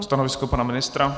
Stanovisko pana ministra?